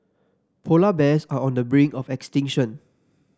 polar bears are on the brink of extinction